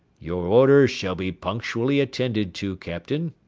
your orders shall be punctually attended to, captain.